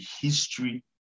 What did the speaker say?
history